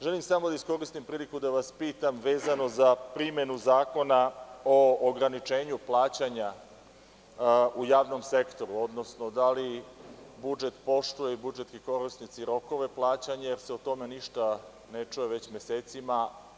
Želim da iskoristim priliku da vas pitam vezano za primenu Zakona o ograničenju plaćanja u javnom sektoru, odnosno da li budžet i budžetski korisnici poštuju rokove plaćanja, jer se o tome ništa ne čuje već mesecima?